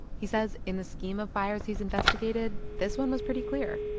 um he says in the scheme of fires he's investigated, this one was pretty clear.